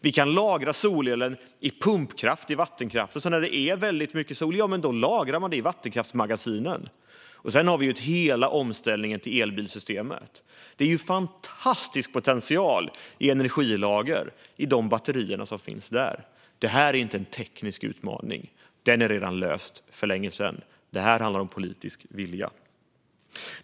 Vi kan lagra solel i pumpkraft i vattenkraften, så när det är väldigt mycket sol lagrar man det i vattenkraftsmagasinen. Hela omställningen till elbilssystemet ger en fantastisk potential för energilagring i de batterier som finns där. Det här är inte en teknisk utmaning; det är redan löst för länge sedan. Det här handlar om politisk vilja.